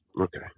Okay